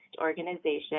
organization